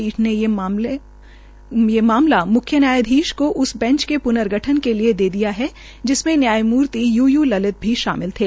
पीठ ने ये मामलों मुख्य न्यायधीश को उस बैंच के पूर्नगठन के लिये दे दिया है जिसमें न्यायमूर्ति यू यू लतिल भी शामिल थे